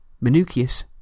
Minucius